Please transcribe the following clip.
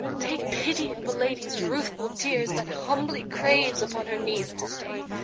take pity of a lady's ruthful tears, that humbly craves upon her knees to stay,